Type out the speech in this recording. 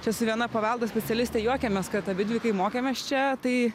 čia su viena paveldo specialiste juokiamės kad abidvi kai mokėmės čia tai